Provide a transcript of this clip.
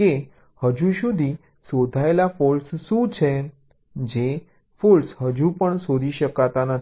કે હજુ સુધી શોધાયેલ ફોલ્ટ્સ શું છે જે ફોલ્ટ્સ હજુ પણ શોધી શકાતા નથી